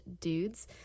dudes